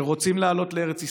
שרוצים לעלות לארץ ישראל,